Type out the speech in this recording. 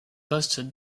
poste